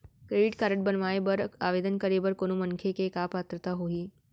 Credit card बनवाए बर आवेदन करे बर कोनो मनखे के का पात्रता होही?